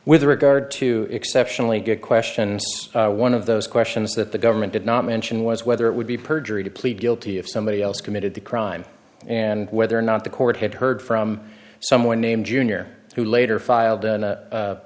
with regard to exceptionally good question one of those questions that the government did not mention was whether it would be perjury to plead guilty if somebody else committed the crime and whether or not the court had heard from someone named junior who later file